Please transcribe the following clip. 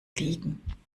liegen